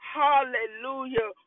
hallelujah